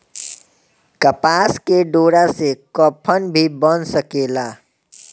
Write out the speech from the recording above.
कपास के डोरा से कफन भी बन सकेला